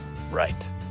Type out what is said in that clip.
Right